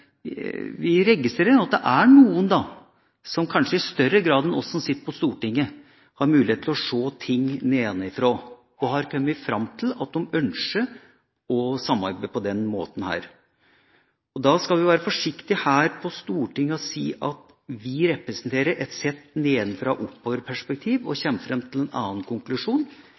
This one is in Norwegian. vi registrerer at det er noen som kanskje i større grad enn oss som sitter på Stortinget, har mulighet til å se ting nedenfra og har kommet fram til at de ønsker å samarbeide på denne måten. Da skal vi være forsiktige her på Stortinget med å si at vi representerer et sett-nedenfra-og-oppover-perspektiv og kommer fram til en annen konklusjon